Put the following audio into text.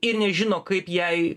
ir nežino kaip jai